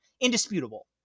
indisputable